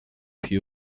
puis